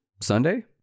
Sunday